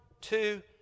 two